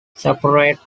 separate